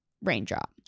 raindrop